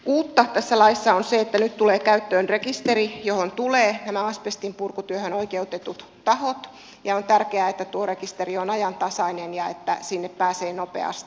uutta tässä laissa on se että nyt tulee käyttöön rekisteri johon tulee nämä asbestin purkutyöhön oikeutetut tahot ja on tärkeää että tuo rekisteri on ajantasainen ja että sinne pääsee nopeasti